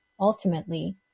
ultimately